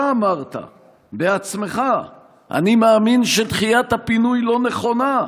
אתה אמרת בעצמך: אני מאמין שדחיית הפינוי לא נכונה,